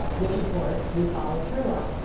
ah which of course we followed through on.